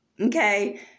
okay